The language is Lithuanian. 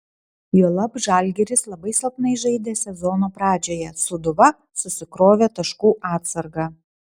juolab žalgiris labai silpnai žaidė sezono pradžioje sūduva susikrovė taškų atsargą